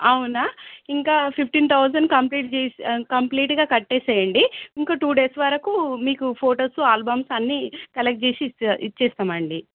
అవునా ఇంకా fifteen thousand complete చేసి కంప్లీట్గా కట్టేయండి ఇంకా టూ డేస్ వరకు మీకు ఫొటోస్ ఆల్బమ్స్ అన్నీ కలెక్ట్ చేసి ఇ ఇస్తాం అండి